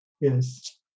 Yes